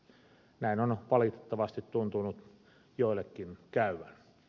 näin on valitettavasti tuntunut joillekin käyvän